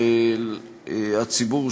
של הציבור,